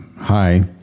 hi